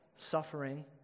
suffering